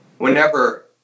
Whenever